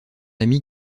ami